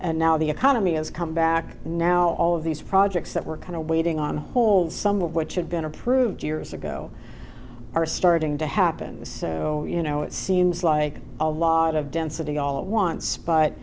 and now the economy has come back and now all of these projects that were kind of waiting on hold some of which had been approved years ago are starting to happen so you know it seems like a lot of density all at once but